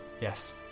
Yes